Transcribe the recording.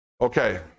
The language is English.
Okay